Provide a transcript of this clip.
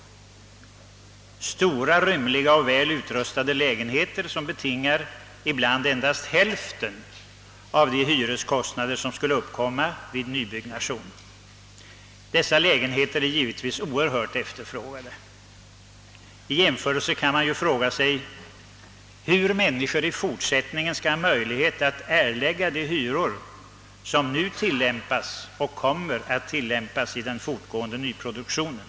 De stora, rymliga och väl utrustade lägenheter som finns i dessa fastigheter och för vilka hyran ibland uppgår till endast hälften av de hyreskostnader, som skulle uppkomma vid nybyggnation, är givetvis starkt efterfrågade. Som jämförelse kan man fråga sig hur människor i fortsättningen skall ha möjlighet att erlägga de hyror som nu tillämpas och kommer att tillämpas i den fortgående nyproduktionen.